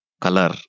color